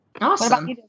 Awesome